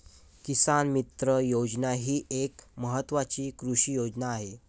किसान मित्र योजना ही एक महत्वाची कृषी योजना आहे